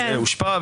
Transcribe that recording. אז הוא הושפע.